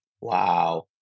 Wow